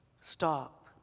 stop